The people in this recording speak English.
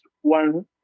one